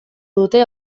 dute